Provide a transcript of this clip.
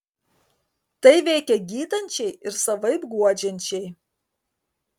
tai veikia gydančiai ir savaip guodžiančiai